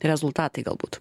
rezultatai galbūt